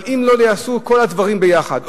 אבל אם לא ייעשו כל הדברים ביחד,